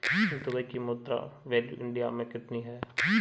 Dubai की मुद्रा value India मे कितनी है?